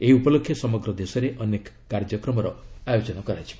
ଏହି ଉପଲକ୍ଷେ ସମଗ୍ର ଦେଶରେ ଅନେକ କାର୍ଯ୍ୟକ୍ରମର ଆୟୋଜନ କରାଯିବ